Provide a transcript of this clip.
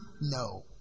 No